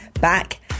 back